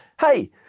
hey